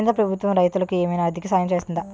కేంద్ర ప్రభుత్వం రైతులకు ఏమైనా ఆర్థిక సాయం చేస్తుందా?